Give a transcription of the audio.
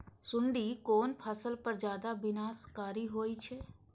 सुंडी कोन फसल पर ज्यादा विनाशकारी होई छै?